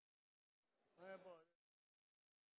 Det er bra